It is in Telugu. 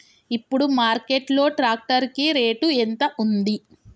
ఇప్పుడు మార్కెట్ లో ట్రాక్టర్ కి రేటు ఎంత ఉంది?